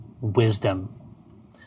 wisdom